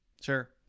Sure